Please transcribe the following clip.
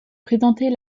présenter